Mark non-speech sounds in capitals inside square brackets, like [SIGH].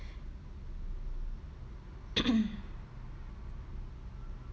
[COUGHS]